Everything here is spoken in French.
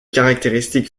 caractéristique